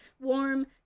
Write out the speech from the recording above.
warm